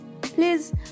please